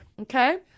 Okay